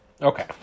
Okay